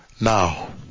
Now